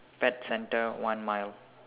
pet centre one mile